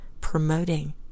promoting